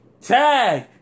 Tag